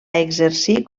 exercir